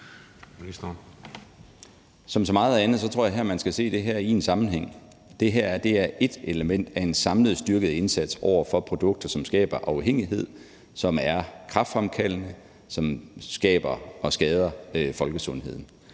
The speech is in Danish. med så meget andet tror jeg man skal se det her i en sammenhæng. Det her er ét element af en samlet styrket indsats over for produkter, som skaber afhængighed, som er kræftfremkaldende, og som skader folkesundheden,